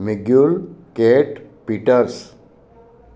Miguel Gate Peters